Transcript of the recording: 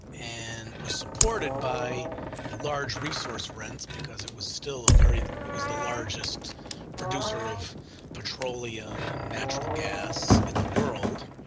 and was supported by large resource rents because it was still a very, it was the largest producer of petroleum and natural gas in the world.